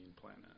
Planet